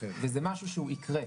וזה משהו שהוא יקרה.